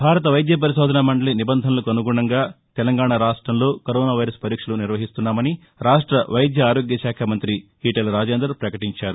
భారత వైద్య పరిశోధనా మండలి నిబంధనలకు అనుగుణంగా తెలంగాణా రాష్టంలో కరోనా వైరస్ పరీక్షలు నిర్వహిస్తున్నామని రాష్ట్ర వైద్య ఆరోగ్యశాఖ మంత్రి ఈటెల రాజేందర్ ప్రకటించారు